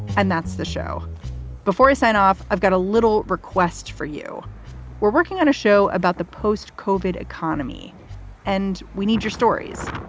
and that's the show before you sign off. i've got a little request for you we're working on a show about the post covered economy and we need your stories.